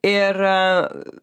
ir a